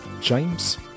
James